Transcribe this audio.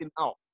out